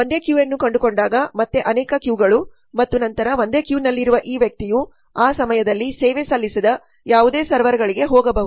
ಒಂದೇ ಕ್ಯೂ ಅನ್ನು ಕಂಡುಕೊಂಡಾಗ ಮತ್ತೆ ಅನೇಕ ಕ್ಯೂ ಗಳು ಮತ್ತು ನಂತರ ಒಂದೇ ಕ್ಯೂ ನಲ್ಲಿರುವ ಈ ವ್ಯಕ್ತಿಯು ಆ ಸಮಯದಲ್ಲಿ ಸೇವೆ ಸಲ್ಲಿಸದ ಯಾವುದೇ ಸರ್ವರ್ಗಳಿಗೆ ಹೋಗಬಹುದು